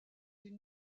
une